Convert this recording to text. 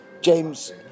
James